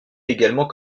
également